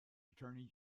attorney